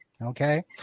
Okay